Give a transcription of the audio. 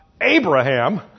Abraham